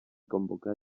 convocar